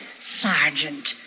Sergeant